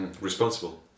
Responsible